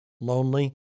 lonely